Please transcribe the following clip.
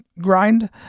grind